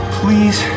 please